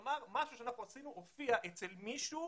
כלומר, משהו שאנחנו עשינו הופיע אצל מישהו.